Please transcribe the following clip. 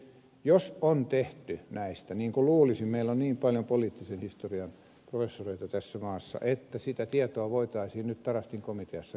jos on tehty näistä niin kuin luulisin meillä on niin paljon poliittisen historian professoreita tässä maassa sitä tietoa voitaisiin nyt tarastin komiteassa käyttää hyväksi